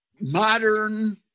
modern